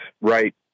right